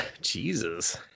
Jesus